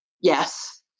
yes